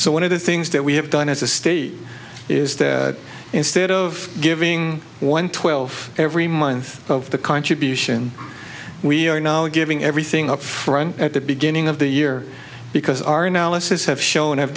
so one of the things that we have done as a state is that instead of giving one twelve every month of the contribution we are now giving everything up front at the beginning of the year because our analysis have shown